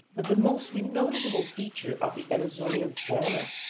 but the most noticeable feature of the amazonian fauna,